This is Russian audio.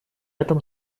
этом